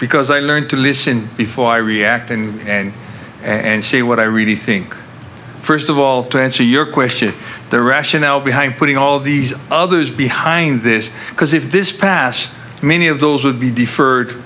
because i learned to listen before i react in and see what i really think first of all to answer your question the rationale behind putting all these others behind this because if this pass many of those would be deferred